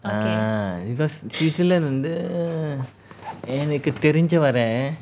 ah because switzerland வந்து எனக்கு தெரிஞ்ச வர:vanthu enaku therinja vara